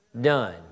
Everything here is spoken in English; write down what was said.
done